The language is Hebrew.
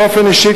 באופן אישי,